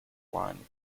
line